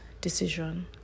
decision